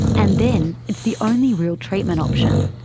and then it's the only real treatment option.